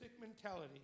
mentality